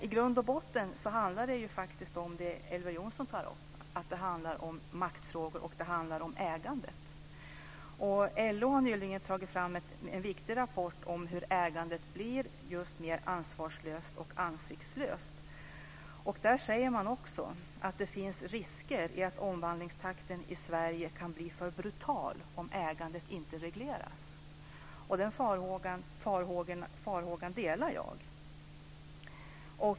I grund och botten handlar detta om det som Elver Jonsson tog upp, nämligen maktfrågor och ägande. LO har nyligen tagit fram en viktig rapport om hur ägandet blir, dvs. mer ansvarslöst och ansiktslöst. Där säger man också att det finns risker i att omvandlingstakten i Sverige kan bli för brutal om ägandet inte regleras. Den farhågan delar jag.